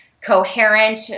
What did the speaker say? coherent